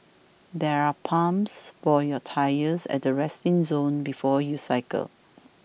there are pumps for your tyres at the resting zone before you cycle